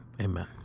amen